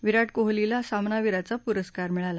विराट कोहलीला सामनावीराचा पुरस्कार मिळाला